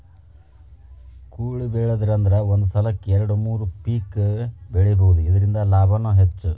ಕೊಡಿಬೆಳಿದ್ರಂದ ಒಂದ ಸಲಕ್ಕ ಎರ್ಡು ಮೂರು ಪಿಕ್ ಬೆಳಿಬಹುದು ಇರ್ದಿಂದ ಲಾಭಾನು ಹೆಚ್ಚ